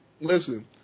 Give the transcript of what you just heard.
listen